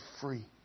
free